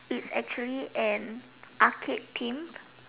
is actually an arcade themed